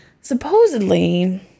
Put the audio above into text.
Supposedly